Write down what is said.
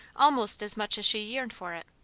almost as much as she yearned for it.